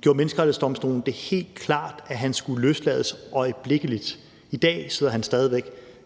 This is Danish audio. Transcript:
gjorde Menneskerettighedsdomstolen det helt klart, at han skulle løslades øjeblikkeligt. I dag sidder han stadig væk